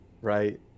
right